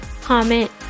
comment